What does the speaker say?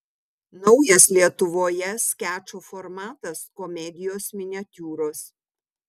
naujas lietuvoje skečo formatas komedijos miniatiūros